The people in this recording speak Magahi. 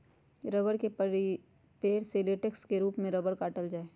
रबड़ के पेड़ से लेटेक्स के रूप में रबड़ काटल जा हई